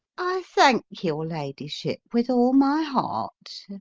i thank your ladyship with all my heart.